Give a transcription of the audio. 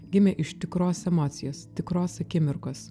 gimė iš tikros emocijos tikros akimirkos